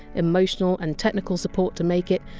emotional and technical support to make it,